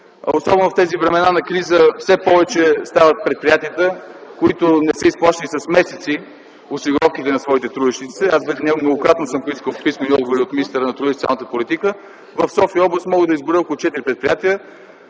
Особено в тези времена на криза все повече стават предприятията, които не са изплащали с месеци осигуровките на своите трудещи се. Аз многократно съм искал писмени отговори от министъра на труда и социалната политика. В София област мога да изброя около четири предприятия.